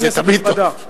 כנסת נכבדה,